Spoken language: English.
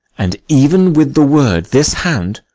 and even with the word, this hand,